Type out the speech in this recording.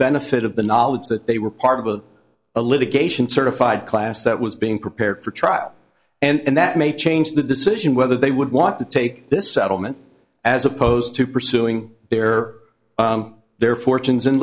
benefit of the knowledge that they were part of a a litigation certified class that was being prepared for trial and that may change the decision whether they would want to take this settlement as opposed to pursuing their their fortunes in